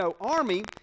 army